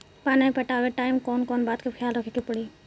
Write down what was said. पानी पटावे टाइम कौन कौन बात के ख्याल रखे के पड़ी?